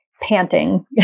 panting